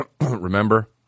Remember